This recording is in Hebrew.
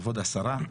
כבוד השרה,